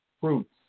fruits